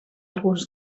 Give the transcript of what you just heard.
alguns